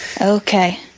Okay